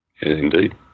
Indeed